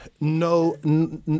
No